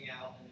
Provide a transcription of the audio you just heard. out